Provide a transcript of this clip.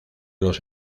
los